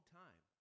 time